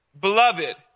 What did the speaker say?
Beloved